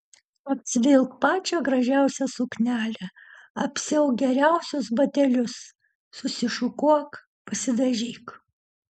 apsivilk pačią gražiausią suknelę apsiauk geriausius batelius susišukuok pasidažyk